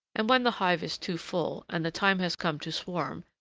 and when the hive is too full and the time has come to swarm,